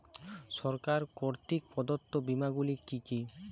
সরকার কর্তৃক প্রদত্ত বিমা গুলি কি কি?